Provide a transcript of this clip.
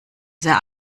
sehr